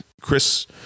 Chris